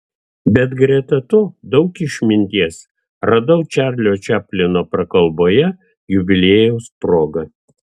bet greta to daug išminties radau čarlio čaplino prakalboje jubiliejaus proga